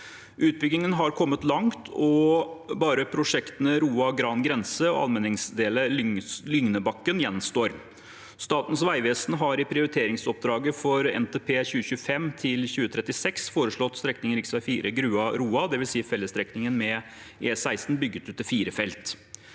Utbyggingen har kommet langt, og bare prosjektene Roa–Gran grense og Almenningsdelet–Lygnebakken gjenstår. Statens vegvesen har i prioriteringsoppdraget for NTP 2025–2036 foreslått strekningen rv. 4 Grua–Roa, dvs. fellesstrekningen med E16, bygget ut til fire felt.